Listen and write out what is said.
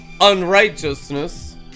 unrighteousness